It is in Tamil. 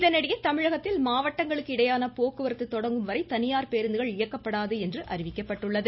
இதனிடையே தமிழகத்தில் மாவட்டங்களுக்கு இடையேயான போக்குவரத்து தொடங்கும்வரை தனியார் பேருந்துகள் இயக்கப்படாது என்று அறிவிக்கப்பட்டுள்ளது